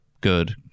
good